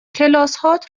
کلاسهات